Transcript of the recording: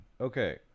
Okay